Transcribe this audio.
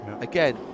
again